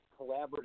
collaborative